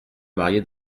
marier